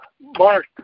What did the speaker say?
Mark